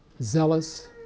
zealous